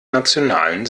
nationalen